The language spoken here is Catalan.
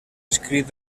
escrit